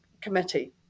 committee